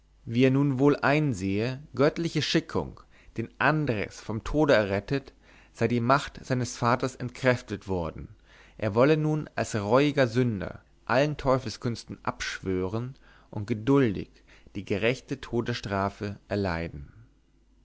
wie er nun wohl einsehe göttliche schickung den andres vom tode errettet sei die macht seines vaters entkräftet worden und er wolle nun als reuiger sünder allen teufelskünsten abschwören und geduldig die gerechte todesstrafe erleiden